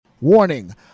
Warning